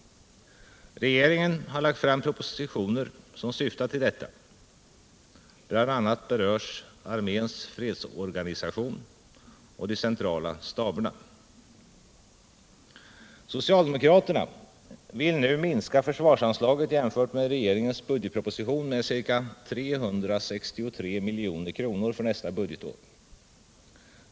Regeringen har lagt fram propositioner som syftar till detta. Bl.a. berörs arméns fredsorganisation och de centrala staberna. Socialdemokraterna vill nu minska försvarsanslaget jämfört med regeringens budgetproposition med ca 363 milj.kr. för nästa budgetår.